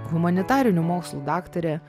humanitarinių mokslų daktare